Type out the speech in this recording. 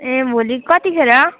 ए भोलि कतिखेर